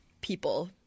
people